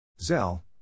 Zell